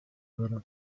wurde